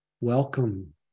welcome